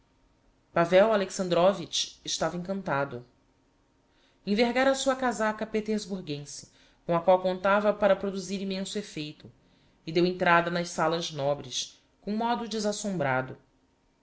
pavel alexandrovitch estava encantado envergara a sua casaca petersburguense com a qual contava para produzir immenso effeito e deu entrada nas salas nobres com modo